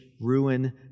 ruin